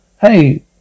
Hey